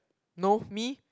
no me